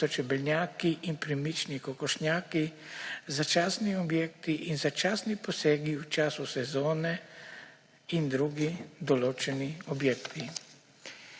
kot so čebelnjaki in premični kokošnjaki, začasni objekti in začasni posegi v času sezone in drugi določeni objekti.